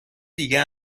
دیگه